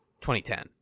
2010